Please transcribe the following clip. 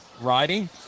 Riding